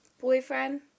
boyfriend